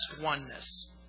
oneness